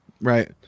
right